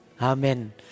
Amen